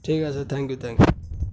ٹھیک ہے sir thank you thank